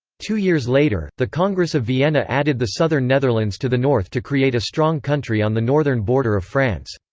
two years later, the congress of vienna added the southern netherlands to the north to create a strong country on the northern border of france.